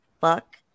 fuck